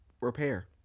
repair